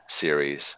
series